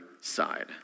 side